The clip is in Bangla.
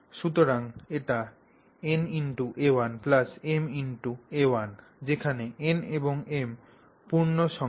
সুতরাং এটি na1ma1 যেখানে n এবং m পূর্ণসংখ্যা